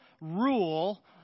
rule